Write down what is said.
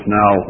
now